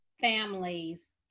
families